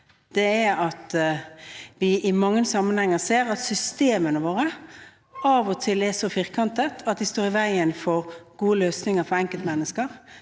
av, er at vi i mange sammenhenger ser at systemene våre av og til er så firkantet at de står i veien for gode løsninger for enkeltmennesker.